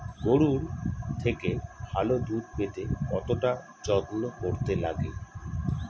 গরুর থেকে ভালো দুধ পেতে কতটা যত্ন করতে লাগে